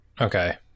Okay